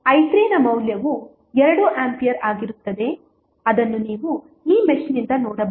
i3 ನ ಮೌಲ್ಯವು 2 ampere ಆಗಿರುತ್ತದೆ ಅದನ್ನು ನೀವು ಈ ಮೆಶ್ ನಿಂದ ನೋಡಬಹುದು